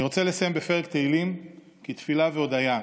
אני רוצה לסיים בפרק תהילים כתפילה והודיה,